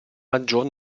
maggior